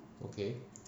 okay